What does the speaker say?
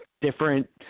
different